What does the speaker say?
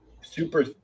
super